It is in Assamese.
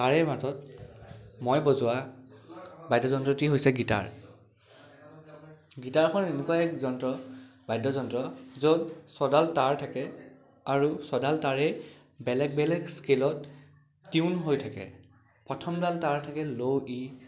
তাৰে মাজত মই বজোৱা বাদ্যযন্ত্ৰটি হৈছে গীটাৰ গীটাৰখন এনেকুৱা এক যন্ত্ৰ বাদ্যযন্ত্ৰ য'ত ছডাল তাঁৰ থাকে আৰু ছডাল তাঁৰেই বেলেগ বেলেগ স্কেলত টিউন হৈ থাকে প্ৰথমডাল তাঁৰ থাকে ল' ই